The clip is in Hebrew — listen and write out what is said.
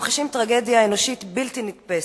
ממחישים טרגדיה אנושית בלתי נתפסת.